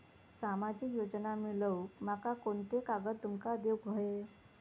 सामाजिक योजना मिलवूक माका कोनते कागद तुमका देऊक व्हये?